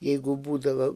jeigu būdavo